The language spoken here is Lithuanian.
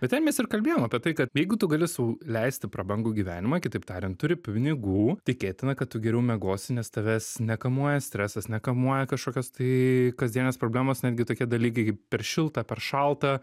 bet ten mes ir kalbėjom apie tai kad jeigu tu gali sau leisti prabangų gyvenimą kitaip tariant turi pinigų tikėtina kad tu geriau miegosi nes tavęs nekamuoja stresas nekamuoja kažkokios tai kasdienės problemos netgi tokie dalykai per šilta per šalta